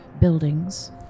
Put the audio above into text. buildings